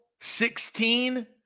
sixteen